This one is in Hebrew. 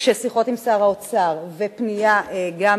ששיחות עם שר האוצר ופנייה גם